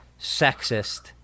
sexist